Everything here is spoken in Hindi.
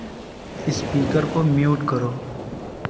इस्पीकर को म्यूट करो